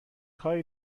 کاری